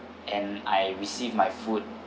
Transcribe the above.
and I received my food